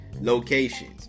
locations